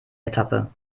etappe